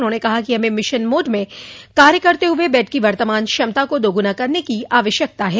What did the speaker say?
उन्होंने कहा कि हमें मिशन मोड में कार्य करते हुए बेड की वर्तमान क्षमता को दोगुना करने की आवश्यकता है